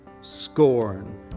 Scorn